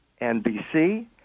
NBC